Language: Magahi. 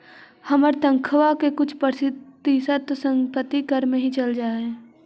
हमर तनख्वा का कुछ प्रतिशत तो संपत्ति कर में ही चल जा हई